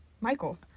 Michael